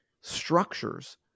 structures